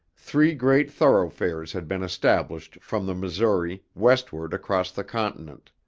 three great thoroughfares had been established from the missouri, westward across the continent.